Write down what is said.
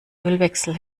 ölwechsel